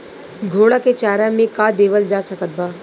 घोड़ा के चारा मे का देवल जा सकत बा?